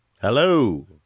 Hello